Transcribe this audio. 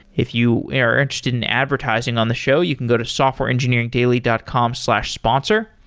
if you are interested in advertising on the show, you can go to softwareengineeringdaily dot com slash sponsor.